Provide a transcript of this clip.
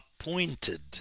appointed